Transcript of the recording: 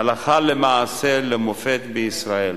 הלכה למעשה, למופת בישראל.